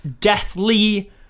deathly